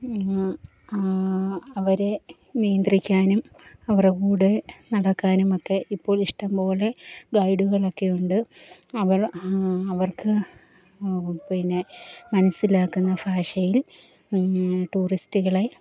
അവരെ നിയന്ത്രിക്കാനും അവരുടെ കൂടെ നടക്കാനുമൊക്കെ ഇപ്പോള് ഇഷ്ടമ്പോലെ ഗൈഡുകളൊക്കെ ഉണ്ട് അവർക്ക് പിന്നേ മനസ്സിലാക്കുന്ന ഭാഷയിൽ ട്യൂറിസ്റ്റുകളെ